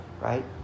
right